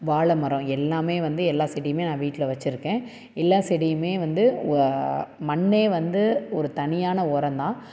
வாழைமரம் எல்லாமே வந்து எல்லா செடியுமே நான் வீட்டில வச்சிருக்கேன் எல்லா செடியுமே வந்து மண்ணே வந்து ஒரு தனியான உரந்தான்